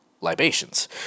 libations